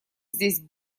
здесь